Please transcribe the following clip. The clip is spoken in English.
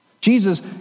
Jesus